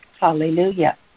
Hallelujah